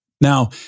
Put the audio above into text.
Now